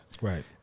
Right